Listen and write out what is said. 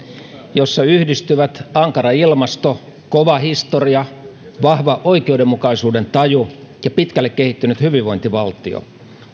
jossa yhdistyvät ankara ilmasto kova historia vahva oikeudenmukaisuuden taju ja pitkälle kehittynyt hyvinvointivaltio